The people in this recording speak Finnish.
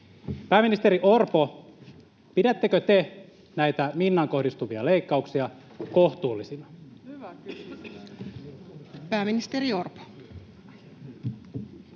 Pääministeri Orpo, pidättekö te näitä Minnaan kohdistuvia leikkauksia kohtuullisina? [Speech 4]